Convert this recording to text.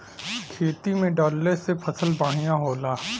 खेती में डलले से फसल बढ़िया होला